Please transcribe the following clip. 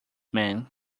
man